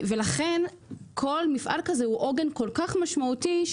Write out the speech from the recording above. לכן כל מפעל כזה הוא עוגן כל כך משמעותי,